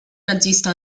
nazista